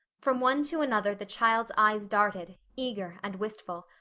from one to another the child's eyes darted, eager and wistful.